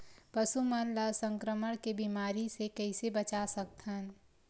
पशु मन ला संक्रमण के बीमारी से कइसे बचा सकथन?